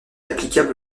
applicable